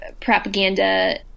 propaganda